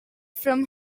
from